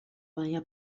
baina